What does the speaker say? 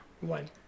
one